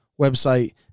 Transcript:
website